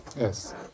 Yes